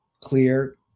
clear